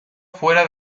fuera